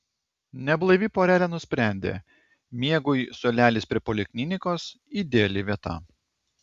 neblaivi porelė nusprendė miegui suolelis prie poliklinikos ideali vieta